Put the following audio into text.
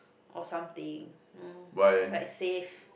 or something oh is like safe